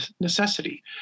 necessity